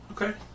Okay